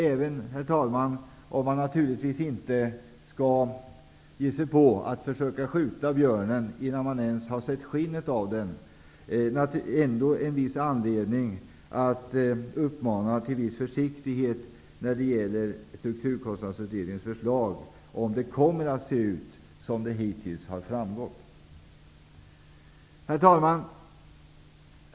Även om man inte skall sälja skinnet förrän man skjutit björnen eller ens sett skymten av den finns det därför anledning att uppmana till viss försiktighet vad gäller Strukturkostnadsutredningens förslag, om det kommer att se ut på det sätt som hittills framgått. Herr talman!